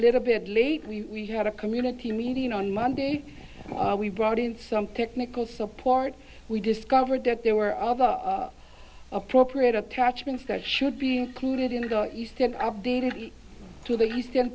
little bit lately we had a community meeting on monday and we brought in some technical support we discovered that there were other appropriate attachments that should be included into eastern updated to the e